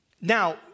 Now